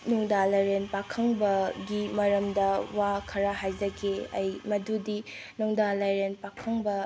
ꯅꯣꯡꯗꯥ ꯂꯥꯏꯔꯦꯟ ꯄꯥꯈꯪꯕꯒꯤ ꯃꯔꯝꯗ ꯋꯥ ꯈꯔ ꯍꯥꯏꯖꯒꯦ ꯑꯩ ꯃꯗꯨꯗꯤ ꯅꯣꯡꯗꯥ ꯂꯥꯏꯔꯦꯟ ꯄꯥꯈꯪꯕ